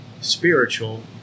spiritual